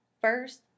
first